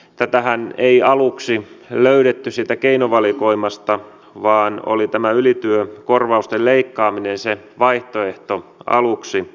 tätähän ei aluksi löydetty siitä keinovalikoimasta vaan oli tämä ylityökorvausten leikkaaminen se vaihtoehto aluksi